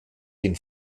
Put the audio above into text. den